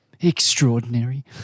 extraordinary